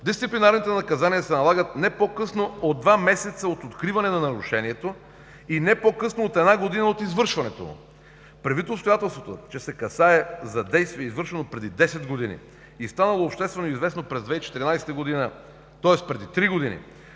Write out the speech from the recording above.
„дисциплинарните наказания се налагат не по-късно от два месеца от откриване на нарушението и не по-късно от една година от извършването му“. Предвид обстоятелствата, че се касае за действие извършено преди 10 години и станало обществено известно през 2014 г., тоест преди три години,